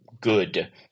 good